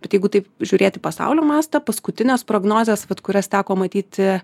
bet jeigu taip žiūrėt į pasaulio mastą paskutinės prognozės kurias teko matyti